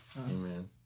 Amen